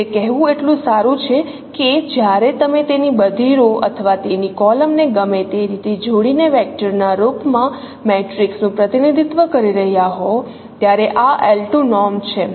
તે કહેવું એટલું સારું છે કે જ્યારે તમે તેની બધી રો અથવા તેની કોલમ ને ગમે તે રીતે જોડીને વેક્ટર ના રૂપમાં મેટ્રિક્સનું પ્રતિનિધિત્વ કરી રહ્યાં હો ત્યારે આ L2 નોર્મ છે